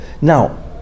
now